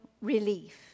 relief